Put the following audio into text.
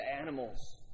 animals